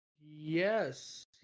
Yes